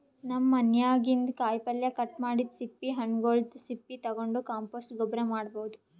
ನಮ್ ಮನ್ಯಾಗಿನ್ದ್ ಕಾಯಿಪಲ್ಯ ಕಟ್ ಮಾಡಿದ್ದ್ ಸಿಪ್ಪಿ ಹಣ್ಣ್ಗೊಲ್ದ್ ಸಪ್ಪಿ ತಗೊಂಡ್ ಕಾಂಪೋಸ್ಟ್ ಗೊಬ್ಬರ್ ಮಾಡ್ಭೌದು